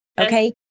okay